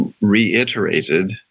reiterated